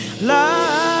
love